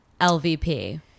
lvp